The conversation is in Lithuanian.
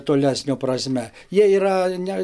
tolesnio prasme jie yra ne